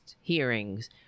hearings